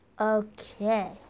Okay